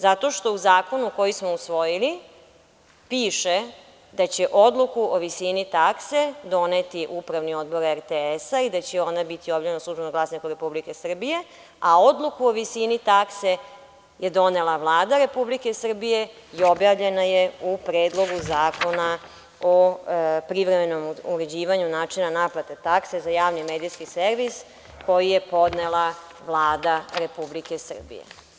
Zato što u zakonu koji smo usvojili piše da će odluku o visini takse doneti Upravni odbor RTS-a i da će ona biti objavljena u „Službenom glasniku Republike Srbije“, a odluku o visini takse je donela Vlada Republike Srbije i objavljena je u Predlogu zakona o privremenom uređivanju načina naplate takse za javni medijski servis, koji je podnela Vlada Republike Srbije.